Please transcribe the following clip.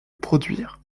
produire